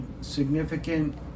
significant